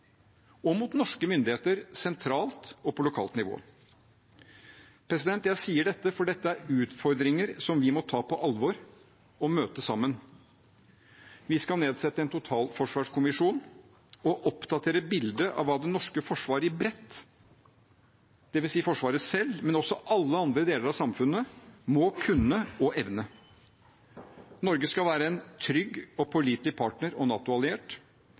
og mot norske myndigheter sentralt og på lokalt nivå. Jeg sier dette fordi det er utfordringer vi må ta på alvor og møte sammen. Vi skal nedsette en totalforsvarskommisjon og oppdatere bildet av hva det norske forsvar i bredt, dvs. Forsvaret selv, men også alle andre deler av samfunnet, må kunne og evne. Norge skal være en trygg og pålitelig partner og